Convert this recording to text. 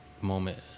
moment